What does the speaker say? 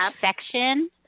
section